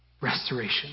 restoration